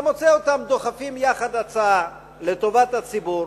אתה מוצא אותם דוחפים יחד הצעה לטובת הציבור,